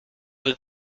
with